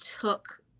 took